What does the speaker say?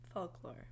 Folklore